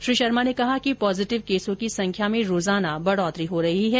श्री शर्मा ने कहा कि पॉजिटिव केसों की संख्या में प्रतिदिन बढोतरी हो रही है